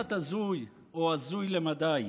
קצת הזוי, או הזוי למדי.